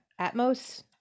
Atmos